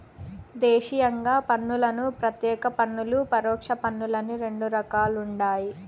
దేశీయంగా పన్నులను ప్రత్యేక పన్నులు, పరోక్ష పన్నులని రెండు రకాలుండాయి